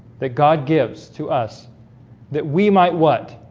that god gives to us that we might what